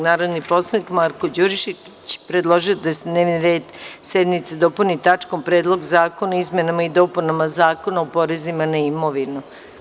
Narodni poslanik Marko Đurišić predložio je da se na dnevni red sednice dopuni tačkom Predlog zakona o izmenama i dopunama Zakona o porezima na imovinu.